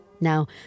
Now